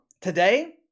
Today